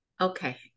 Okay